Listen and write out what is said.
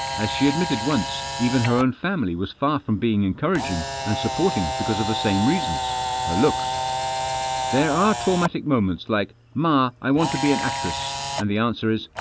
as she admitted once, even her own family was far from being encouraging and supporting because of the same reasons her looks there are traumatic moments like, ma, i want to be an actress and the answer is,